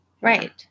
Right